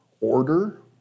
order